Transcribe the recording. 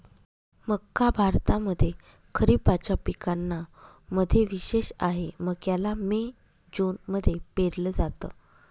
मक्का भारतामध्ये खरिपाच्या पिकांना मध्ये विशेष आहे, मक्याला मे जून मध्ये पेरल जात